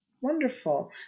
Wonderful